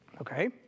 Okay